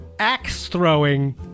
axe-throwing